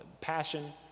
passion